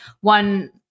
one